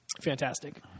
Fantastic